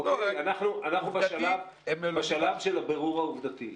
אנחנו בשלב של הבירור העובדתי.